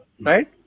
right